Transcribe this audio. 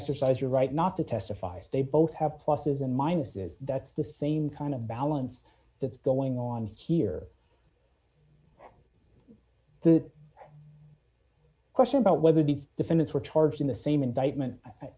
exercise your right not to testify if they both have pluses and minuses that's the same kind of balance that's going on here that her question about whether these defendants were charged in the same indictment i